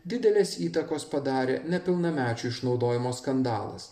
didelės įtakos padarė nepilnamečių išnaudojimo skandalas